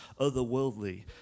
otherworldly